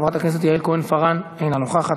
חברת הכנסת יעל כהן-פארן, אינה נוכחת.